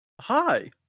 hi